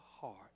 heart